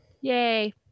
Yay